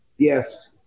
Yes